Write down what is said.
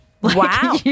Wow